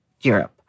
Europe